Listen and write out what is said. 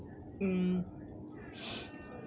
mm